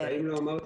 מה זאת אומרת?